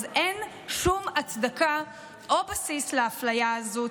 אין שום הצדקה או בסיס לאפליה הזו,